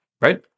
right